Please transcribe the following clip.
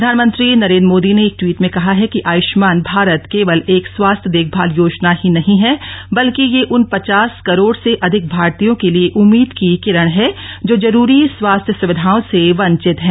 प्रधानमंत्री नरेन्द्र मोदी ने एक ट्वीट में कहा है कि आयुष्मान भारत केवल एक स्वास्थ्य देखभाल योजना ही नहीं है बल्कि यह उन पचास करोड से अधिक भारतीयों के लिए उम्मीद की किरण है जो जरूरी स्वास्थ्य सुविधाओं से वंचित हैं